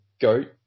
goat